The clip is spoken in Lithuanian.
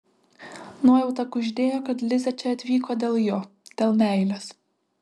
nuojauta kuždėjo kad lizė čia atvyko dėl jo dėl meilės